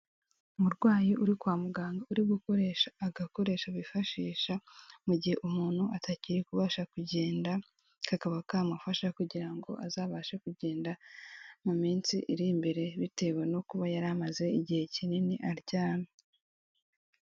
Umurwayi uri kwa muganga uri gukoresha agakoresho bifashisha mu gihe umuntu atakiri kubasha kugenda, kakaba kamufasha kugira ngo azabashe kugenda mu minsi iri imbere, bitewe no kuba yari amaze igihe kinini aryamye.